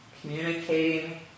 Communicating